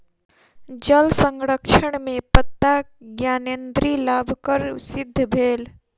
जल संरक्षण में पत्ता ज्ञानेंद्री लाभकर सिद्ध भेल